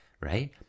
right